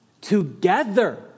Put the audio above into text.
together